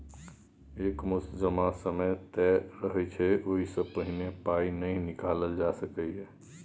एक मुस्त जमाक समय तय रहय छै ओहि सँ पहिने पाइ नहि निकालल जा सकैए